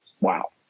wow